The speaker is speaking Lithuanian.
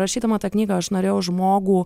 rašydama tą knygą aš norėjau žmogų